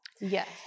Yes